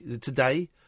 today